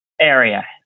area